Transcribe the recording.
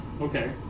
Okay